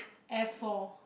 F four